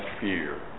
fear